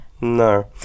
No